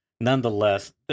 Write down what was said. nonetheless